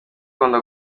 umuntu